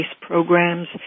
programs